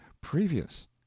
previous